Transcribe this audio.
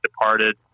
departed